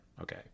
Okay